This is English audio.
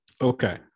Okay